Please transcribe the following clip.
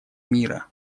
мира